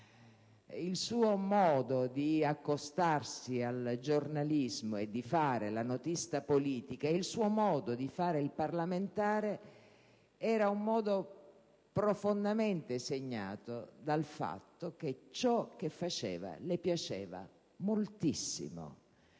il suo modo di accostarsi al giornalismo e di fare la notista politica e il suo modo di fare il parlamentare era profondamente segnato dal fatto che ciò che faceva le piaceva moltissimo.